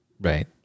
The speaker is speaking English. Right